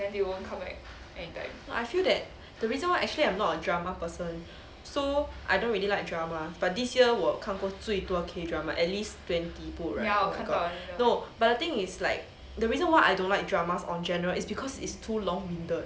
I feel that the reason why actually I'm not a drama person so I don't really like drama but this year 我看过最多 K drama at least twenty 部 right no but the thing is like the reason why I don't like dramas on general is because it's too long winded